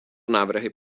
návrhy